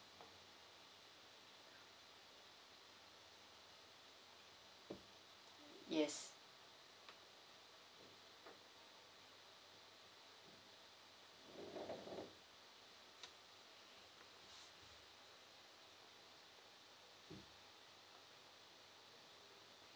yes